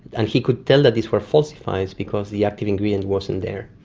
and he could tell that these were falsified because the active ingredient wasn't there.